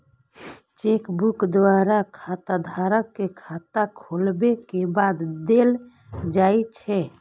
chequebook bank द्वारा खाताधारक कें खाता खोलाबै के बाद देल जाइ छै